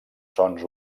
sons